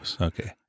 Okay